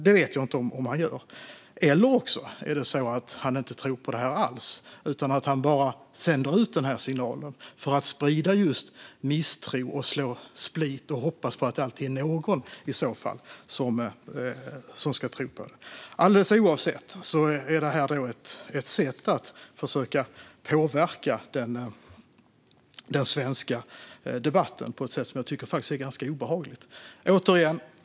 Det vet jag inte om han gör. Kanske tror han inte på det alls utan sänder bara ut denna signal för att sprida misstro och så split i förhoppningen att det alltid är någon som tror på det. Alldeles oavsett är detta ett försök att påverka den svenska debatten på ett sätt som jag tycker är ganska obehagligt.